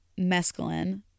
mescaline